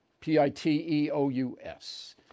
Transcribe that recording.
P-I-T-E-O-U-S